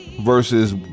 versus